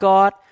God